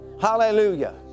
Hallelujah